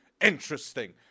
interesting